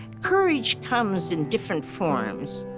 courage comes in different forms.